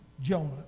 Jonah